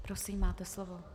Prosím, máte slovo.